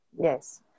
Yes